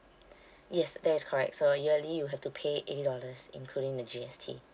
yes that is correct so yearly you have to pay eighty dollars including the G_S_T